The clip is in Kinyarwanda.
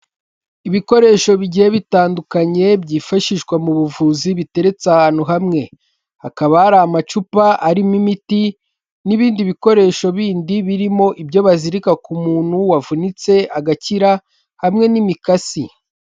Ibikoresho bigiye bitandukanye byifashishwa mu buvuzi biteretse ahantu hamwe. Hakaba hari amacupa arimo imiti n'ibindi bikoresho bindi birimo ibyo bazirika ku muntu wavunitse agakira, hamwe n'imikasi.